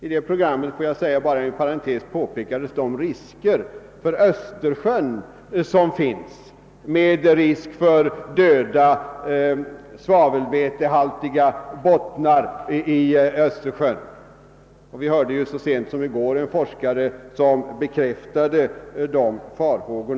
I detta program påpekas för övrigt också de risker som finns för uppkomsten av döda, svavelvätehaltiga bottnar i Östersjön. Vi hörde så sent som i går en forskare bekräfta dessa farhågor.